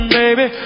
baby